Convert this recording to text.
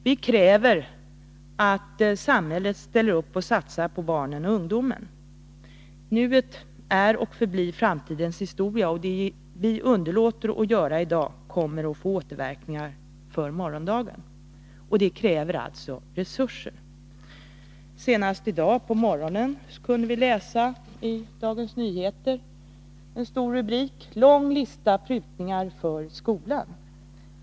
Vi kräver att samhället ställer upp och satsar på barnen och ungdomen. Nuet är och förblir framtidens historia, och det vi underlåter att göra i dag kommer att få återverkningar på morgondagen. Det kräver alltså resurser. Senast i dag på morgonen kunde vi i Dagens Nyheter läsa rubriken Lång lista prutningar för skolan.